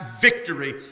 victory